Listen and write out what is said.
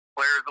players